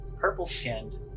purple-skinned